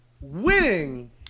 winning